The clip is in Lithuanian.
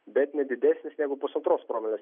bet ne didesnis negu pusantros promilės